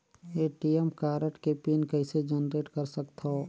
ATM card के pin कइसे generate कर सकथव?